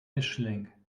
mischling